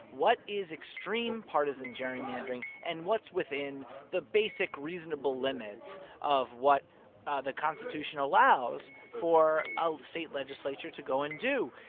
what is extreme partisan gerrymandering? and what's within the basic, reasonable limits of what the constitution allows for a state legislature to go and do?